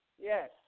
Yes